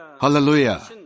Hallelujah